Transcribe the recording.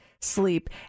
sleep